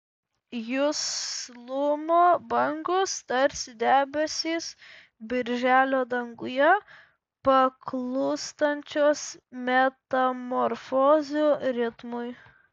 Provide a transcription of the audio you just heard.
juslumo bangos tarsi debesys birželio danguje paklūstančios metamorfozių ritmui